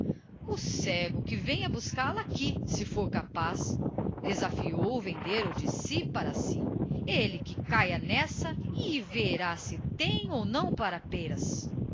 o cego que venha buscá-la aqui se for capaz desafiou o vendeiro de si para si ele que caia nessa e verá se tem ou não pra pêras